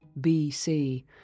BC